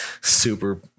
super